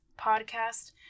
podcast